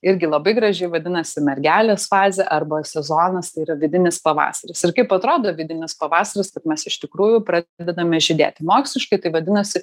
irgi labai graži vadinasi mergelės fazė arba sezonas tai yra vidinis pavasaris ir kaip atrodo vidinis pavasaris kad mes iš tikrųjų pradedame žydėti moksliškai tai vadinasi